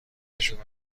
نشده